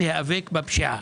להיאבק בפשיעה.